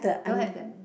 don't have the